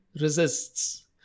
resists